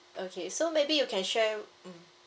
okay so maybe you can share mm